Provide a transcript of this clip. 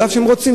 אף שהם רוצים,